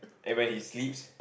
and when he sleeps